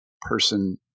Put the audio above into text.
person